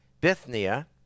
Bithynia